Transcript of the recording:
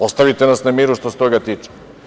Ostavite nas na miru što se toga tiče.